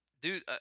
dude